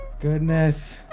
Goodness